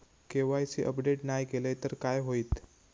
KYC update नाय केलय तर काय होईत?